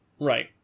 right